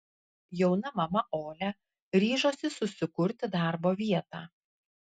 jauna mama olia ryžosi susikurti darbo vietą